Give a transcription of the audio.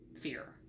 fear